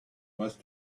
must